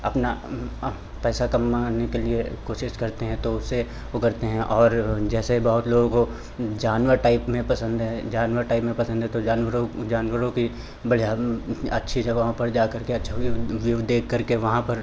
अपना पैसा कमाने के लिए कोशिश करते हैं तो उसे वो करते हैं और जैसे बहुत लोगों को जानवर टाइप में पसंद है जानवर टाइप में पसंद है तो जानवरों जानवरों की बढ़िया अच्छी जगहों पर जाकर के अच्छा व्यू व्यू देखकर के वहाँ पर